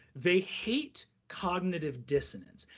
they hate cognitive dissonance.